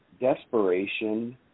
Desperation